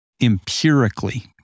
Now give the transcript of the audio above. empirically